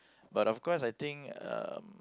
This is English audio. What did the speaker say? but of course I think um